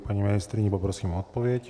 Paní ministryni poprosím o odpověď.